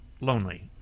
lonely